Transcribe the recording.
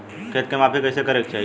खेत के माफ़ी कईसे करें के चाही?